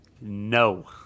No